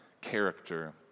character